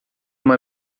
uma